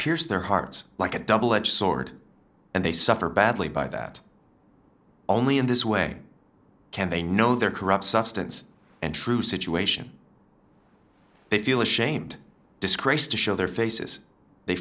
pierce their hearts like a double edged sword and they suffer badly by that only in this way can they know their corrupt substance and true situation they feel ashamed disk race to show their faces they